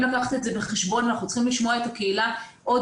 לקחת את זה בחשבון ואנחנו צריכים לשמוע את הקהילה עוד